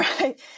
right